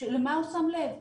למה הוא שם לב.